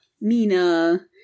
Mina